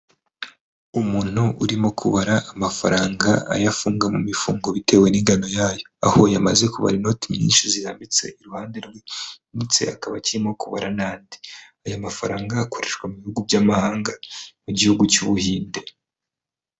Umuntu urimo kubara amafaranga ayafunga mu mifungo bitewe n'ingano yayo, aho yamaze kubara inoti nyinshi zirambitse iruha ndembitse akaba akiririmo kuba n'andi. Aya mafaranga akoreshwa mu bihugu by'amahanga mu gihugu cy'ubu Buhinde.